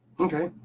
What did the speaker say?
okay.